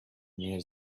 near